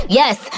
yes